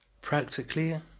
practically